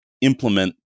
implement